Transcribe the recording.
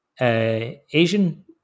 Asian